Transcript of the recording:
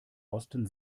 osten